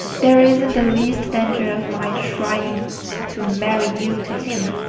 there isn't the least danger of my trying to marry you to him,